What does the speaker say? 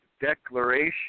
declaration